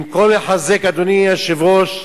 במקום לחזק, אדוני היושב-ראש,